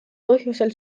põhjusel